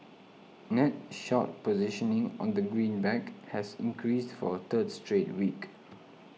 net short positioning on the greenback has increased for a third straight week